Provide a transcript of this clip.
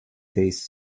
taste